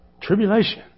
Tribulation